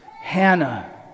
Hannah